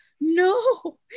no